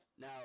Now